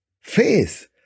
faith